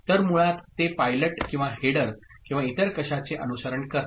तर मुळात ते पायलट किंवा हेडर किंवा इतर कशाचे अनुसरण करते